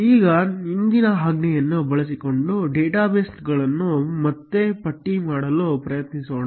ಈಗ ಹಿಂದಿನ ಆಜ್ಞೆಯನ್ನು ಬಳಸಿಕೊಂಡು ಡೇಟಾಬೇಸ್ಗಳನ್ನು ಮತ್ತೆ ಪಟ್ಟಿ ಮಾಡಲು ಪ್ರಯತ್ನಿಸೋಣ